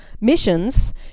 missions